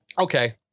Okay